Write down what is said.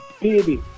baby